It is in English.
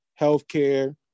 healthcare